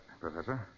professor